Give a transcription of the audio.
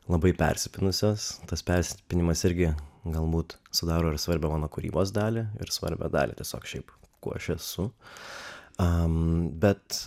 labai persipynusios tas persipynimas irgi galbūt sudaro ir svarbią mano kūrybos dalį ir svarbią dalį tiesiog šiaip kuo aš esu bet